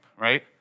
right